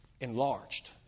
enlarged